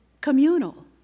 communal